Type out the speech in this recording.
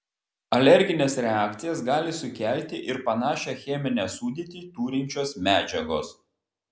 alergines reakcijas gali sukelti ir panašią cheminę sudėtį turinčios medžiagos